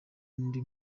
n’undi